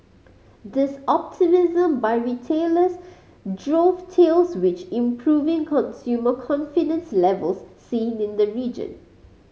this optimism by retailers dovetails which improving consumer confidence levels seen in the region